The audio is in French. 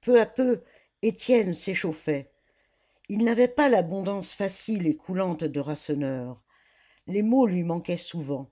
peu à peu étienne s'échauffait il n'avait pas l'abondance facile et coulante de rasseneur les mots lui manquaient souvent